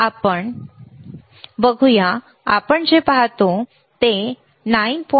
तर आपण बघूया आपण जे पाहतो ते 9